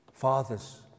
Fathers